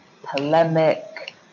polemic